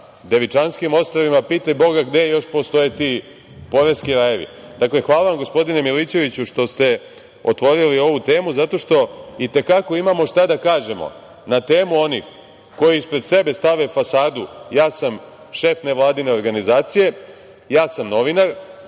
Devičanskim ostrvima, pitaj Boga gde još postoje ti poreski rajevi. Dakle, hvala vam gospodine Milićeviću što ste otvorili ovu temu, zato što i te kako imamo šta da kažemo na temu onih koji ispred sebe stave fasadu – ja sam šef nevladine organizacije, ja sam novinar,